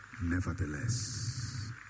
Nevertheless